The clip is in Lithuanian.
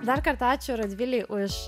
dar kartą ačiū radvilei už